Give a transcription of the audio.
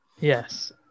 Yes